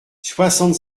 soixante